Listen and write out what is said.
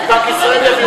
גם את בנק ישראל יביאו לשם.